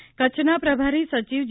ગુપ્તા કચ્છના પ્રભારી સચિવ જે